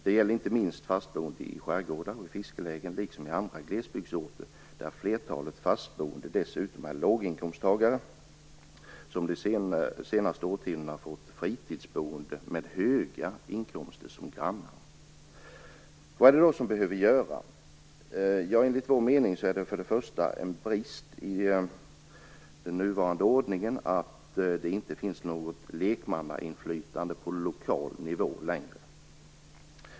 Det gäller inte minst fastboende i skärgårdar och fiskeläger liksom i andra glesbygdsorter, där flertalet fastboende dessutom är låginkomsttagare som under de senaste årtiondena har fått fritidsboende med höga inkomster som grannar. Vad är det då som behöver göras? Enligt vår mening är det för det första en brist i den nuvarande ordningen att det inte längre finns något lekmannainflytande på lokal nivå.